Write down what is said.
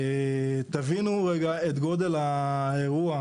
תבינו רגע את גודל האירוע,